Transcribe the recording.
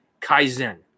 kaizen